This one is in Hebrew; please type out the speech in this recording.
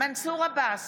מנסור עבאס,